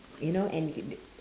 you know and h~ d~